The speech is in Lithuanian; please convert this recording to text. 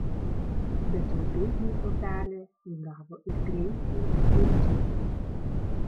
bet ilgainiui upelė įgavo ir greitį ir gylį